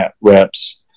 reps